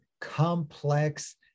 complex